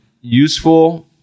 useful –